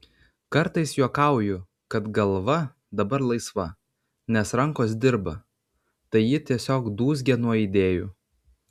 kartais juokauju kad galva dabar laisva nes rankos dirba tai ji tiesiog dūzgia nuo idėjų